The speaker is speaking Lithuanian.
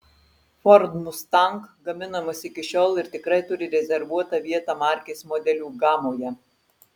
ford mustang gaminamas iki šiol ir tikrai turi rezervuotą vietą markės modelių gamoje